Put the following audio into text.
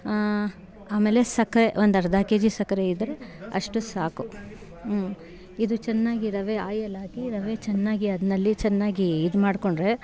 ಆಮೇಲೆ ಸಕ್ಕ ಒಂದು ಅರ್ಧ ಕೆ ಜಿ ಸಕ್ಕರೆ ಇದ್ರೆ ಅಷ್ಟು ಸಾಕು ಇದು ಚೆನ್ನಾಗಿ ರವೆ ಆಯಲ್ ಹಾಕಿ ರವೆ ಚೆನ್ನಾಗಿ ಅದ್ರಲ್ಲಿ ಚೆನ್ನಾಗಿ ಇದು ಮಾಡ್ಕೊಂಡ್ರೆ